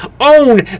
own